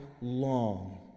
long